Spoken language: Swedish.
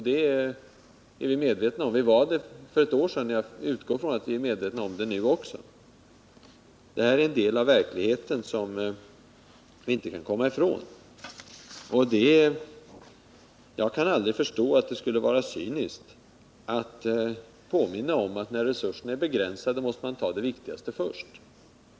Det är vi ense om. Vi var det för ett år sedan, och jag utgår ifrån att vi är det nu också. Det här är en del av verkligheten som vi inte kan komma ifrån. Jag kan inte förstå att det skulle vara cyniskt att påminna om att när resurserna är begränsade måste man ta det viktigaste först.